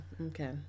okay